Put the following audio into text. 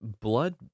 Blood